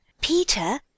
Peter